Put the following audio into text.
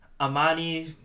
Amani